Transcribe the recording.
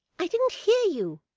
i didn't hear you